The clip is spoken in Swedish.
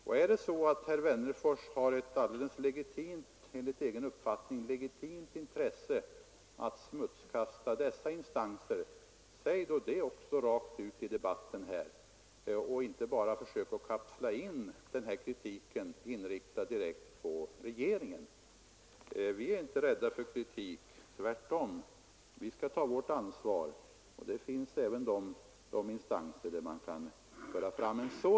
Och om herr Wennerfors har ett — enligt egen uppfattning — alldeles legitimt intresse av att smutskasta dessa instanser, säg då det rent ut i debatten och försök inte bara kapsla in den kritiken i de anklagelser som riktas direkt mot regeringen. Vi är inte rädda för kritik. Tvärtom. Vi skall ta vårt ansvar, och det finns instanser där sådan kritik kan föras fram mot oss.